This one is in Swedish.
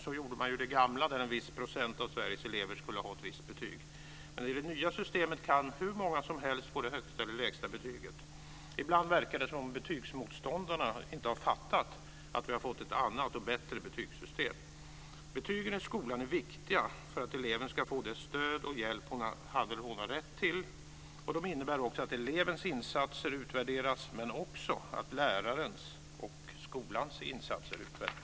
Så gjorde man ju i det gamla systemet där en viss procent av Sveriges elever skulle ha ett visst betyg. I det nya systemet kan hur många som helst få det högsta eller lägsta betyget. Ibland verkar det som om betygsmotståndarna inte har fattat att vi har fått ett annat och bättre betygssystem. Betygen i skolan är viktiga för att eleven ska få det stöd och den hjälp han eller hon har rätt till. De innebär också att elevens insatser utvärderas men också att lärarens och skolans insatser utvärderas.